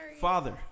Father